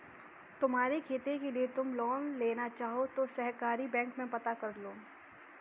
तुम्हारी खेती के लिए तुम लोन लेना चाहो तो सहकारी बैंक में पता करलो